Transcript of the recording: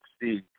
see